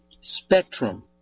spectrum